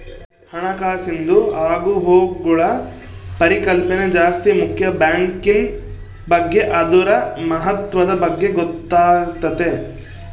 ಹಣಕಾಸಿಂದು ಆಗುಹೋಗ್ಗುಳ ಪರಿಕಲ್ಪನೆ ಜಾಸ್ತಿ ಮುಕ್ಯ ಬ್ಯಾಂಕಿನ್ ಬಗ್ಗೆ ಅದುರ ಮಹತ್ವದ ಬಗ್ಗೆ ಗೊತ್ತಾತತೆ